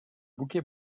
bouquet